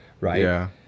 right